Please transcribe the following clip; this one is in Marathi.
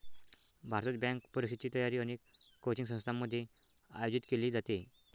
भारतात, बँक परीक्षेची तयारी अनेक कोचिंग संस्थांमध्ये आयोजित केली जाते